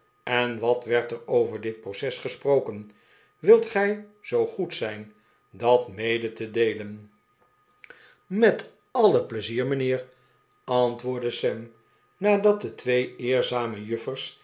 en wat werd er over dit proces gesproken wilt gij zoo goed zijn dat mede te deelen met alle pleizier mijnheer antwoordde sam nadat de twee eerzame